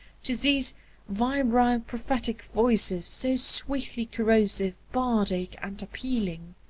to these vibrile prophetic voices, so sweetly corrosive, bardic and appealing.